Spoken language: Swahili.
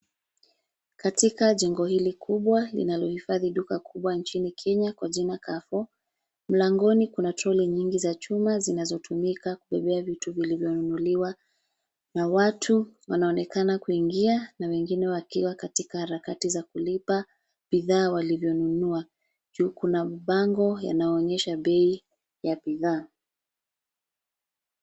Katika jengo hili kubwa linalohifadhi duka kubwa nchini Kenya kwa jina Carrefour. Mlangoni kuna trolley nyingi za chuma zinazotumika kubebea vitu vilivyonunuliwa na watu wanaonekana kuingia na wengine wakiwa katika harakati za kulipa bidhaa walivyonunua. Juu kuna bango yanaonyesha bei ya bidhaa.